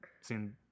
seen